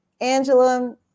Angela